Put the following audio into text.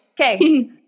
Okay